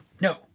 no